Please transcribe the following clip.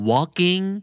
Walking